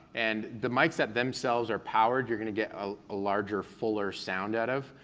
and the mikes that themselves are powered, you're gonna get a larger, fuller sound out of.